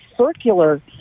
circular